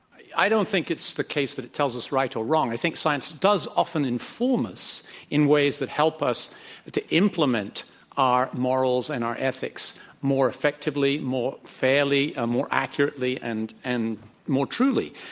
i don't think it's the case that it tells us right or wrong. i think science does often inform us in ways that help us to implement our morals and our ethics more effectively, more fairly, ah more accurately, and and more truly.